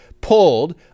pulled